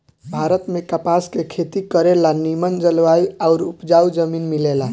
भारत में कपास के खेती करे ला निमन जलवायु आउर उपजाऊ जमीन मिलेला